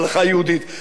לא קומוניסטית,